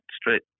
straight